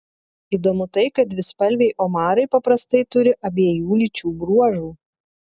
įdomu tai kad dvispalviai omarai paprastai turi abiejų lyčių bruožų